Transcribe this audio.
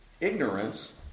ignorance